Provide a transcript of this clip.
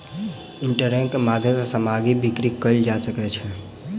internet के माध्यम सॅ सामग्री बिक्री कयल जा सकै छै